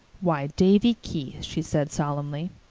why, davy keith, she said solemnly,